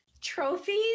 trophies